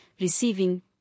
receiving